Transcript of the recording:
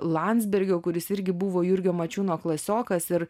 landsbergio kuris irgi buvo jurgio mačiūno klasiokas ir